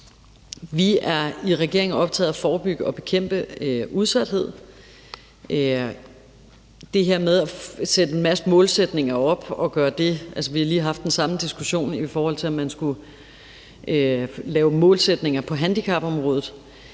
Vi er i regeringen optaget af at forebygge og bekæmpe udsathed. Hvad angår det her med at sætte en masse målsætninger op og gøre det – altså, vi har lige haft den samme diskussion, i forhold til om man skulle lave målsætninger på handicapområdet